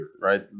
right